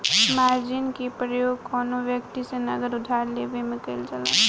margin के प्रयोग कौनो व्यक्ति से नगद उधार लेवे में कईल जाला